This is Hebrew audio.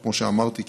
כמו שאמרתי,